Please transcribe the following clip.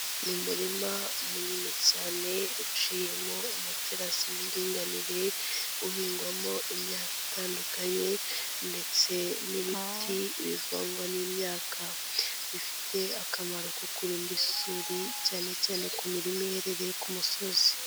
Ni umurima munini cyane uciyemo amaterasi y'indinganire, uhingwamo imyaka itandukanye ndetse n'ibiti bivanngwa n'imyaka ifite akamaro ko kurinda isuri cyane cyane ku mirima iherereye ku musozi.